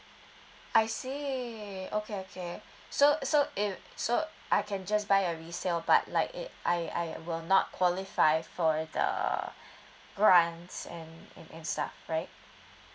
I see okay okay so so it so I can just buy a resale but like it I I I will not qualify for the grants and and and stuff right